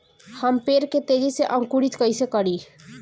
हम पेड़ के तेजी से अंकुरित कईसे करि?